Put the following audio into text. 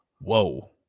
whoa